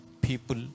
people